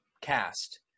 cast